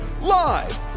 Live